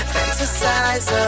Fantasize